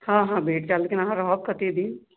हँ हँ भेट जायत लेकिन अहाँ रहब कते दिन